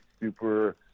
super